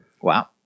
Wow